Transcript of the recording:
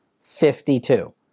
Fifty-two